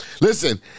listen